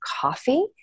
coffee